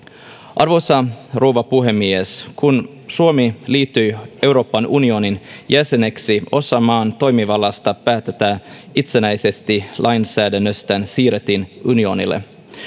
arvoisa rouva puhemies kun suomi liittyi euroopan unionin jäseneksi osa maan toimivallasta päättää itsenäisesti lainsäädännöstään siirrettiin unionille